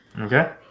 Okay